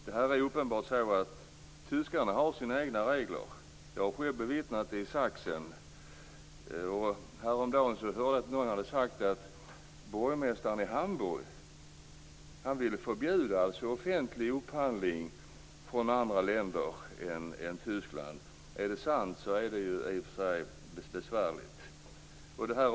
Det är uppenbart att tyskarna har sina egna regler. Jag har själv bevittnat det i Häromdagen hörde jag att någon sagt att borgmästaren i Hamburg vill förbjuda offentlig upphandling från andra länder än Tyskland. Om det är sant är det besvärligt.